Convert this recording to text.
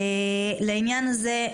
לעניין הזה,